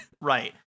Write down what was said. Right